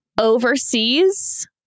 Overseas